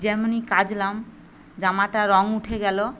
যেমনি কাচলাম জামাটার রং উঠে গেল